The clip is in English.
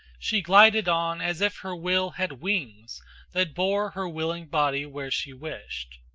she glided on as if her will had wings that bore her willing body where she wished.